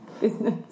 business